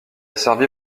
servi